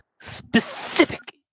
specific